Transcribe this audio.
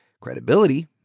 credibility